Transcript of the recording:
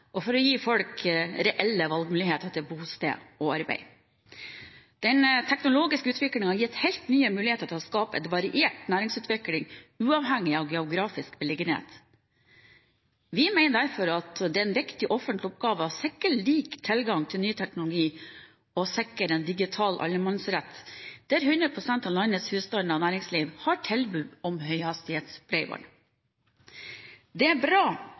og for å gi folk reelle valgmuligheter til bosted og arbeid. Den teknologiske utviklingen har gitt helt nye muligheter til å skape en variert næringsutvikling uavhengig av geografisk beliggenhet. Vi mener derfor at det er en viktig offentlig oppgave å sikre lik tilgang til ny teknologi og å sikre en digital allemannsrett, der 100 pst. av landets husstander og næringsliv har tilbud om høyhastighetsbredbånd. Det er bra